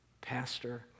Pastor